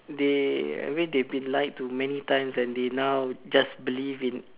they I mean they have been lied to many times and they now just believe in